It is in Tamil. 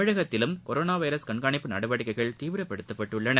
தமிழகத்திலும் கொரோனா வைரஸ் கண்காணிப்பு நனடவடிக்கைகள் தீவிரப்படுத்தப் பட்டுள்ளன